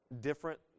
different